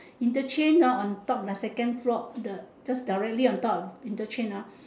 interchange uh on top like second floor the just directly on top of interchange ah